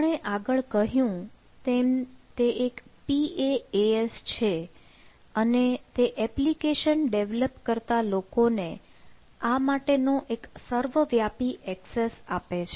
આપણે આગળ કહ્યું તેમ તે એક PaaS છે અને તે એપ્લિકેશન કરતા લોકોને આ માટેનો એક સર્વ વ્યાપી ઍક્સેસ આપે છે